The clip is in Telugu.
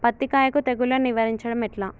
పత్తి కాయకు తెగుళ్లను నివారించడం ఎట్లా?